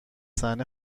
صحنه